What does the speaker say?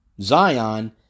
Zion